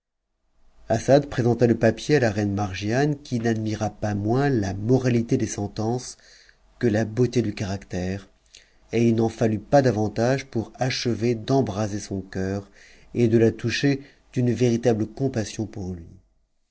assad présenta le papier à la reine margiane qui n'admira pas mn la moralité des sentences que la beauté du caractère et il n'en fallut m davantage pour achever d'embraser son cœur et de le toucher d'une ver table compassion pour lui